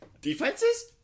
Defenses